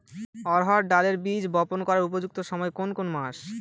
অড়হড় ডালের বীজ বপন করার উপযুক্ত সময় কোন কোন মাস?